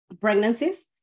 pregnancies